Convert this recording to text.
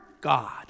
God